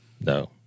No